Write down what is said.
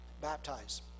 baptize